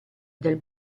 del